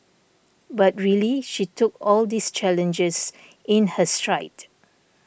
but really she took all these challenges in her stride